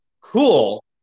Cool